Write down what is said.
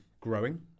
growing